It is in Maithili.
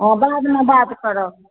हँ बादमे बात करब